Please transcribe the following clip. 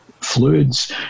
fluids